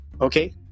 okay